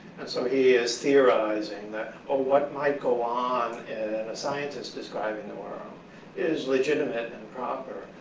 and so he is theorizing that, oh, what might go on in a scientist describing the world is legitimate and proper,